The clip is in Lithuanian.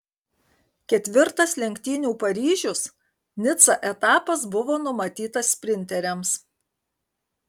ketvirtas lenktynių paryžius nica etapas buvo numatytas sprinteriams